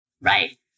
right